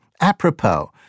apropos